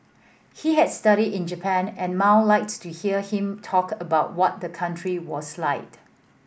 he had studied in Japan and Mao liked to hear him talk about what the country was like